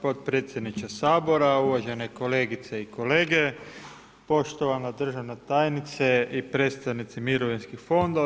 Potpredsjedniče Sabora, uvažene kolegice i kolege, poštovana državna tajnice i predstavnici mirovinskih fondova.